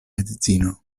edzino